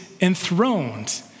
enthroned